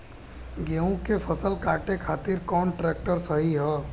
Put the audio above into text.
गेहूँ के फसल काटे खातिर कौन ट्रैक्टर सही ह?